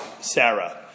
Sarah